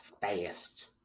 fast